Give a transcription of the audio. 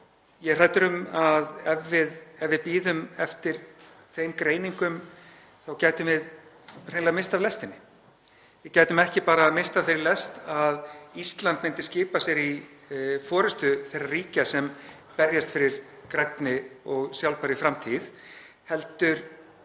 er hræddur um að ef við bíðum eftir þeim greiningum þá gætum við hreinlega misst af lestinni. Við gætum ekki bara misst af þeirri lest að Ísland myndi skipa sér í forystu þeirra ríkja sem berjast fyrir grænni og sjálfbærri framtíð heldur